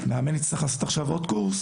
והוא יצטרך לעשות עוד קורס